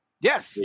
Yes